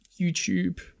YouTube